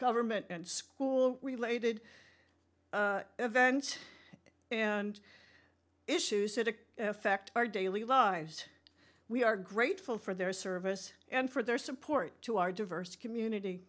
government and school related events and issues sytycd affect our daily lives we are grateful for their service and for their support to our diverse community